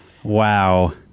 Wow